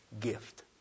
gift